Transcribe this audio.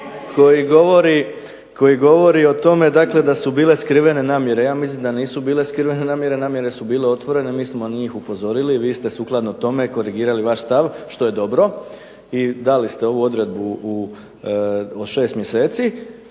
koji govori o tome da su bile skrivene namjere. Ja mislim da nisu bile skrivene namjere, namjere su bile otvorene mi smo na njih upozorili, vi ste sukladno tome korigirali vaš stav, što je dobro i dali ste ovu odredbu od 6 mjeseci.